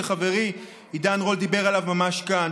שחברי עידן רול דיבר עליו ממש כאן,